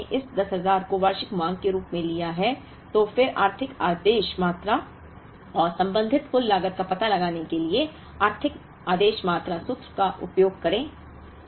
अब अगर हमने इस 10000 को वार्षिक मांग के रूप में लिया है और फिर आर्थिक आदेश मात्रा और संबंधित कुल लागत का पता लगाने के लिए आर्थिक आदेश मात्रा सूत्र का उपयोग करें